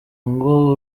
ngo